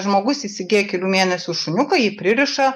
žmogus įsigyja kelių mėnesių šuniuką jį pririša